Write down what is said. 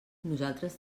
nosaltres